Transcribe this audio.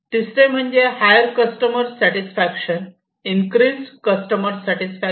तिसरे म्हणजे higher customer satisfaction increase customer satisfaction